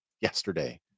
yesterday